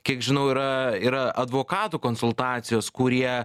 kiek žinau yra yra advokatų konsultacijos kurie